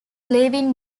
leaving